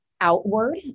outward